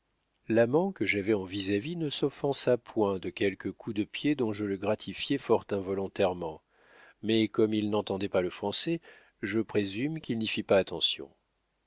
l'amant que j'avais en vis-à-vis ne s'offensa point de quelques coups de pied dont je le gratifiai fort involontairement mais comme il n'entendait pas le français je présume qu'il n'y fit pas attention